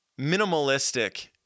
minimalistic